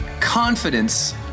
confidence